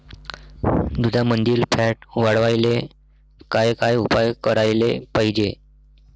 दुधामंदील फॅट वाढवायले काय काय उपाय करायले पाहिजे?